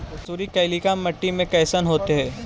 मसुरी कलिका मट्टी में कईसन होतै?